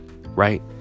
right